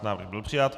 Návrh byl přijat.